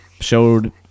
showed